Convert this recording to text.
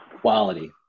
quality